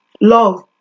love